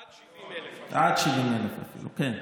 עד 70,000. עד 70,000. א.